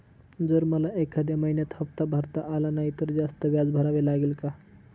जर मला एखाद्या महिन्यात हफ्ता भरता आला नाही तर जास्त व्याज भरावे लागेल का?